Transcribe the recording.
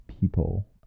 people